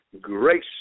grace